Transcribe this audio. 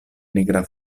nigra